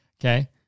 okay